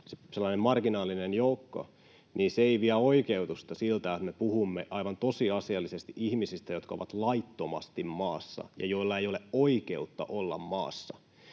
sellainen marginaalinen joukko — ei vie oikeutusta siltä, että me puhumme aivan tosiasiallisesti ihmisistä, jotka ovat laittomasti maassa ja joilla ei ole oikeutta olla maassa.